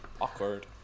Awkward